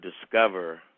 discover